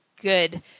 good